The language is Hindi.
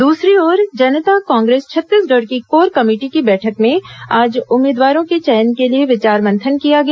दूसरी ओर जनता कांग्रेस छत्तीसगढ़ की कोर कमेटी की बैठक में आज उम्मीदवारों के चयन के लिए विचार मंथन किया गया